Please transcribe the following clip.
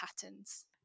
patterns